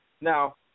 Now